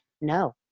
No